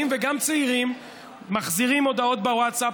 וגם צעירים מחזירים הודעות בווטסאפ,